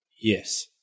Yes